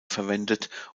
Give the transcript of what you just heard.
verwendet